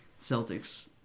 celtics